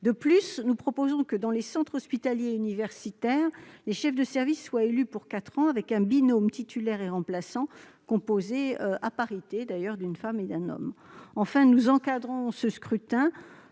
De plus, nous proposons que, dans les centres hospitaliers universitaires, les chefs de service soient élus pour quatre ans, avec un binôme titulaire-remplaçant composé à parité d'une femme et d'un homme. Enfin, nous entendons encadrer